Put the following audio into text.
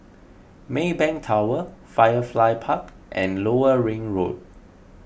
Maybank Tower Firefly Park and Lower Ring Road